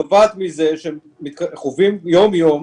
נובעת מזה שחווים יום יום,